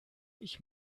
ich